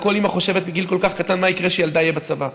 וכל אימא חושבת מגיל כל כך קטן מה יקרה כשילדה יהיה בצבא.